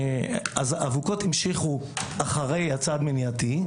אבוקות המשיכו אחרי הצעד מניעתי,